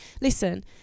Listen